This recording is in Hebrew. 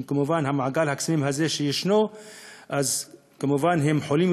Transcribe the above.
ובמעגל הקסמים שישנו הם כמובן חולים